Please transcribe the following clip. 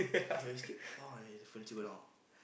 he always kick like that the furniture go down